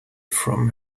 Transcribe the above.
from